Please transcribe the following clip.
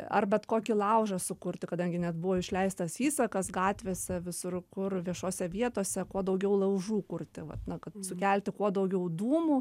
ar bet kokį laužą sukurti kadangi net buvo išleistas įsakas gatvėse visur kur viešose vietose kuo daugiau laužų kurti vat na kad sukelti kuo daugiau dūmų